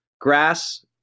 Grass